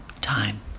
time